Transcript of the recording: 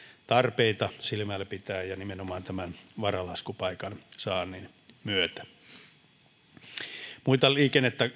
tarpeita silmällä pitäen ja nimenomaan tämän varalaskupaikan saannin myötä yksi liikennettä